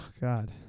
God